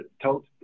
tell